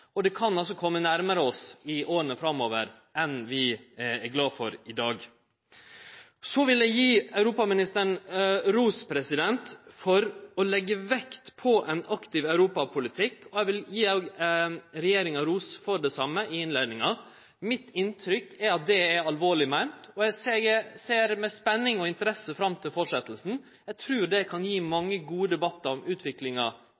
Det kan kome nærmare oss i åra framover enn vi er glade for i dag. Så vil eg gje europaministeren ros for å leggje vekt på ein aktiv europapolitikk, og eg vil i innleiinga også gje regjeringa ros for det same. Mitt inntrykk er at det er alvorleg meint, og eg ser med spenning og interesse fram til fortsetjinga. Eg trur det kan gje mange gode debattar om utviklinga